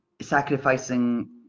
sacrificing